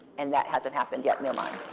and that hasn't happened yet in their mind.